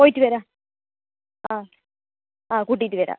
പോയിട്ട് വരാം ആ ആ കൂട്ടിയിട്ട് വരാം